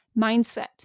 mindset